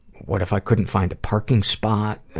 what if i couldn't find a parking spot.